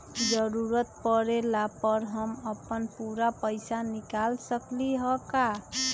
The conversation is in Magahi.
जरूरत परला पर हम अपन पूरा पैसा निकाल सकली ह का?